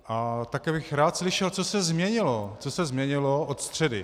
A také bych rád slyšel, co se změnilo, co se změnilo od středy.